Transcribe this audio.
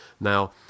Now